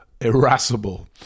irascible